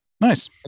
Nice